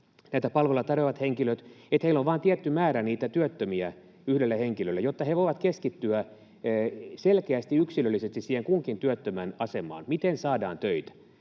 näillä palveluja tarjoavilla henkilöillä on vain tietty määrä niitä työttömiä yhdelle henkilölle, jotta he voivat keskittyä selkeästi yksilöllisesti siihen kunkin työttömän asemaan ja miten saadaan töitä.